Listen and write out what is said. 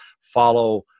follow